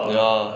ya